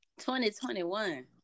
2021